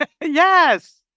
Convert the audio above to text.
yes